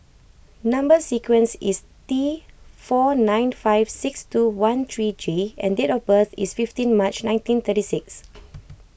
Number Sequence is T four nine five six two one three J and date of birth is fifteen March nineteen and thirty six